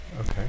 Okay